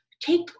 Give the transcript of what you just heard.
take